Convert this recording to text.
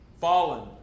fallen